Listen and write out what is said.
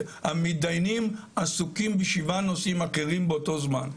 והמתדיינים עסוקים בשבעה נושאים אחרים באותו זמן.